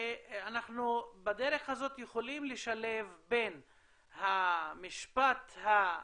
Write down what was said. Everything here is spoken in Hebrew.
ואנחנו בדרך הזאת יכולים לשלב בין המשפט האזרחי,